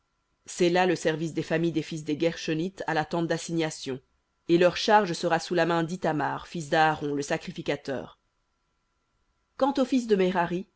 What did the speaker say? c'est là le service des familles des fils des guershonites à la tente d'assignation et leur charge sera sous la main d'ithamar fils d'aaron le sacrificateur v